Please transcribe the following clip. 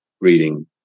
reading